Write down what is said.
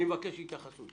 אני מבקש התייחסות.